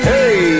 Hey